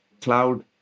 cloud